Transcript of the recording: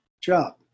job